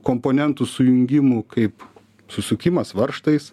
komponentų sujungimų kaip susukimas varžtais